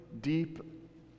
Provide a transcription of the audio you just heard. deep